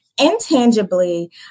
Intangibly